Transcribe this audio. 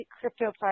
Crypto